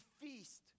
feast